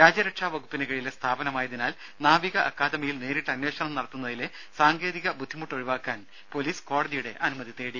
രാജ്യരക്ഷാ വകുപ്പിനുകീഴിലെ സ്ഥാപനമായതിനാൽ നാവിക അക്കാദമിയിൽ നേരിട്ട് അന്വേഷണം നടത്തുന്നതിലെ സാങ്കേതിക ബുദ്ധിമുട്ടൊഴിവാക്കാൻ പൊലീസ് കോടതിയുടെ അനുമതി തേടി